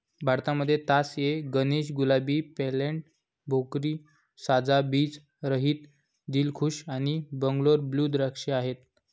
भारतामध्ये तास ए गणेश, गुलाबी, पेर्लेट, भोकरी, साजा, बीज रहित, दिलखुश आणि बंगलोर ब्लू द्राक्ष आहेत